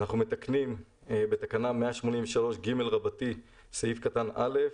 אנחנו מתקנים בתקנה 183ג רבתי, סעיף קטן (א),